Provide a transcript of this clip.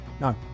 No